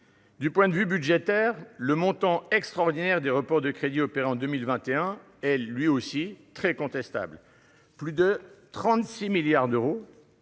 Du point de vue budgétaire, le montant extraordinaire des reports de crédits opérés en 2021 est très contestable : plus de 36 milliards d'euros,